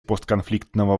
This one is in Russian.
постконфликтного